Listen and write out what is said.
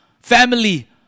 family